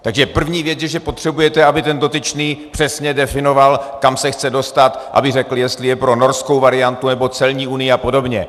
Takže první věc je, že potřebujete, aby ten dotyčný přesně definoval, kam se chce dostat, aby řekl, jestli je pro norskou variantu, nebo celní unii a podobně.